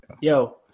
yo